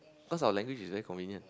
cause our language is very convenient